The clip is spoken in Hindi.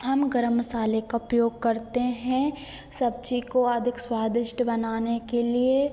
हम गरम मसाले का उपयोग करते हैं सब्ज़ी को अधिक स्वादिष्ट बनाने के लिए